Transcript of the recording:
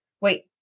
wait